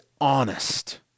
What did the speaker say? honest